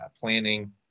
planning